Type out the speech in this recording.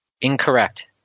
Incorrect